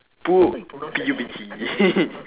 pu~ P U B G